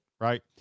Right